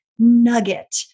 Nugget